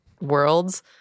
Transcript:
worlds